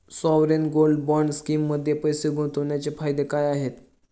Sovereign gold bond स्कीममध्ये पैसे गुंतवण्याचे फायदे काय आहेत?